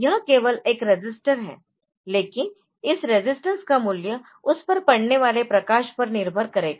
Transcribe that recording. यह केवल एक रजिस्टर हैलेकिन इस रेजिस्टेंस का मूल्य उस पर पड़ने वाले प्रकाश पर निर्भर करेगा